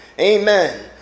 Amen